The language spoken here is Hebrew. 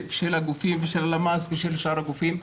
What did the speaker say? של הלמ"ס ושל שאר הגופים.